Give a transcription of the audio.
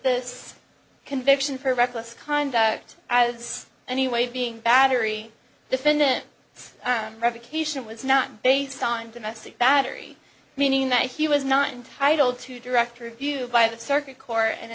this conviction for reckless conduct as any way of being battery defendant revocation was not based on domestic battery meaning that he was not entitled to director view by the circuit court and